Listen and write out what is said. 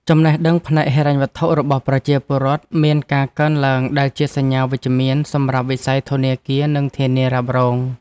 ចំណេះដឹងផ្នែកហិរញ្ញវត្ថុរបស់ប្រជាពលរដ្ឋមានការកើនឡើងដែលជាសញ្ញាវិជ្ជមានសម្រាប់វិស័យធនាគារ និងធានារ៉ាប់រង។